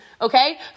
okay